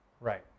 Right